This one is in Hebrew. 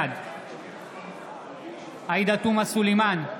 בעד עאידה תומא סלימאן,